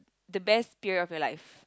the best period of your life